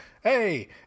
Hey